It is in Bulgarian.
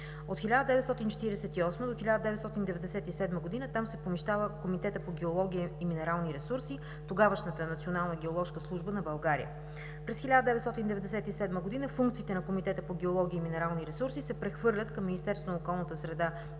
От 1948 г. до 1997 г. там се помещава Комитетът по геология и минерални ресурси, тогавашната Национална геоложка служба на България. През 1997 г. функциите на Комитета по геология и минерални ресурси се прехвърлят към Министерството на околната среда